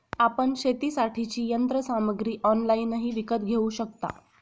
आपण शेतीसाठीची यंत्रसामग्री ऑनलाइनही विकत घेऊ शकता